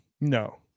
No